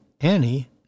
Annie